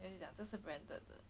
then 就讲这个是 branded 的